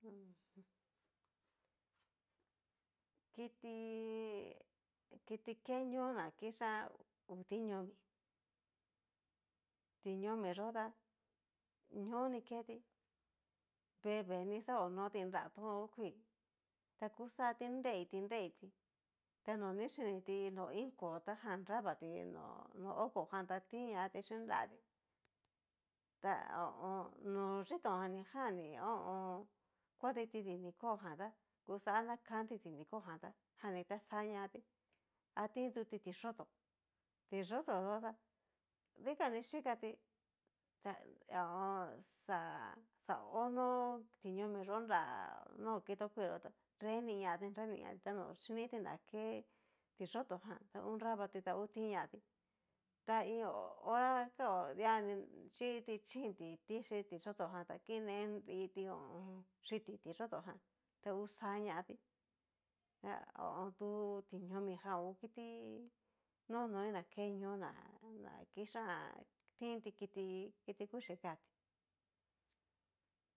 Kiti kitike ñó'o na kixan ngu tiñomi, tiñomi xó ta ñó'o ni keti veveni xakonoti nra to kuii, ta kuxati nreiti nreiti, ta no ni xhiniti no iin koo ta jan nravati no no hó koo jan, ta tin ñati xhín nratí, ta ho o on. no xhitón jan ni ho o on. kuaditi dini koo jan tá kuxa na kanti dini koo jan tá, jan'ni ta xañatí ha tintuti tiyóto, tiyóto yó ta dikani chikati ta ho o o xá, xaonó tiñomi yó nrá no kitokuii yó tá nreni ñati nreni ñati ta no xhiniti na ke tiyoto jan ta ngu nravati ta ngu tinñati, ta iin hora kao diani chi chinti tixhi tiyoto jan tá, ta kinenriti ho o on. chiti tiyóto jan gta hú xa ñatí ta ho o on. dú tiñomijan ngu kiti nonoi na ke ñó'o ná ná kiti kixan tinti kiti kuchi katí.